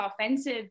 offensive